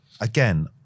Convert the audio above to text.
again